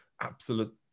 absolute